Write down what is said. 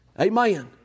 Amen